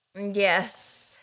Yes